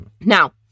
Now